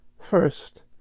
First